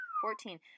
Fourteen